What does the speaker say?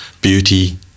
beauty